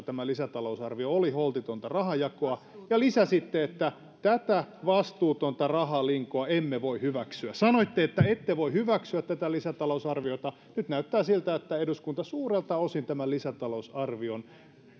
tämä lisätalousarvio oli holtitonta rahanjakoa ja lisäsitte että tätä vastuutonta rahalinkoa emme voi hyväksyä sanoitte että ette voi hyväksyä tätä lisätalousarviota nyt näyttää siltä että eduskunta suurelta osin tämän lisätalousarvion